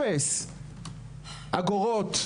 אפס אגורות.